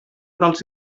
dels